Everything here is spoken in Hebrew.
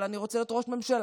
אבל אני רוצה להיות ראש ממשלה.